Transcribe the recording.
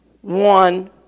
one